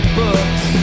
books